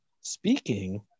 speaking